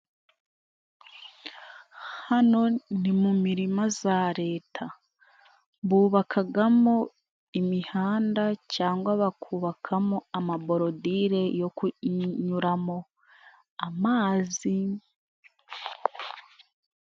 Hano ni mu mirima za leta. Bubakagamo imihanda cyangwa bakubakamo amaborodire yo kunyuramo amazi.